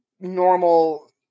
normal